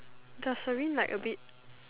does serene like a bit